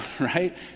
right